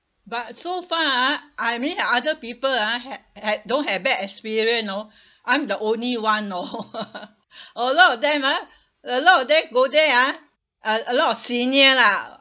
but so far ah I mean other people ah ha~ ha~ don't have bad experience know I'm the only one know a lot of them ah a lot of them go there ah a a lot of senior lah